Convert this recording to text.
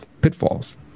pitfalls